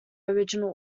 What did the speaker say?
original